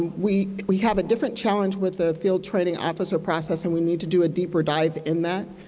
we we have a different challenge with the field training officer process, and we need to do a deeper dive in that.